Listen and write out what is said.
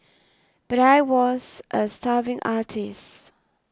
but I was a starving artist